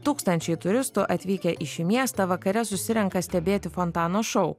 tūkstančiai turistų atvykę į šį miestą vakare susirenka stebėti fontano šou